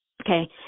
okay